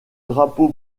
drapeau